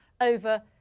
over